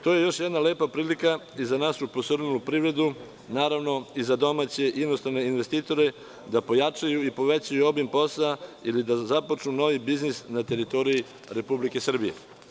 To je još jedna lepa prilika i za nas u privredi, i za domaće investitore da pojačaju i povećaju obim posla ili da započnu novi biznis na teritoriji Republike Srbije.